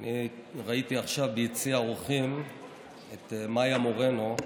אני ראיתי עכשיו ביציע האורחים את מיה מורנו,